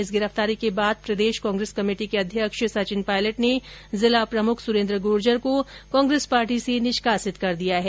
इस गिरफ्तारी के बाद राजस्थान प्रदेश कांग्रेस कमेटी के अध्यक्ष सचिन पायलट ने जिला प्रमुख सुरेंद्र गुर्जर को कांग्रेस पार्टी से निष्कासित कर दिया है